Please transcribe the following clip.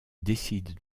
décident